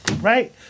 Right